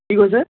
কি কৈছে